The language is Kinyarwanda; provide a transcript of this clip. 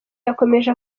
yakomeje